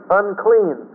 unclean